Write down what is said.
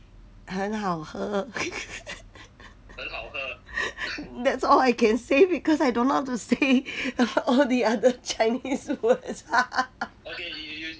很好喝 that's all I can say because I don't know how to say all the other chinese words